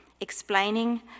explaining